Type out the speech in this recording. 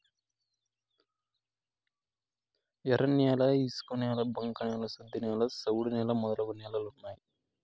ఎర్రన్యాల ఇసుకనేల బంక న్యాల శుద్ధనేల సౌడు నేల మొదలగు నేలలు ఉన్నాయి